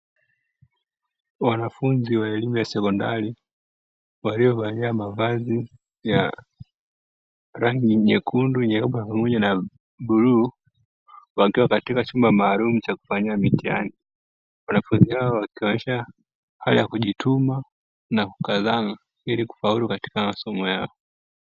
Wanafunzi wa elimu ya sekondari waliovalia mavazi ya rangi nyekundu, nyeupe pamoja na buluu wakiwa katika chumba maalumu cha kufanyia mitihani, wanafunzi hawa wakionyesha hali ya kujituma na kukazana ili kufaulu masomo yao.